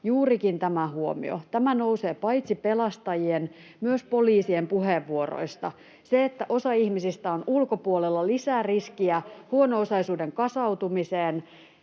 juurikin tämä huomio. Tämä nousee paitsi pelastajien myös poliisien puheenvuoroista. Se, että osa ihmisistä on ulkopuolella, lisää riskiä huono-osaisuuden kasautumiseen,